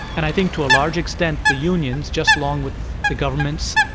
and i think to a large extent the unions, just along with the governments,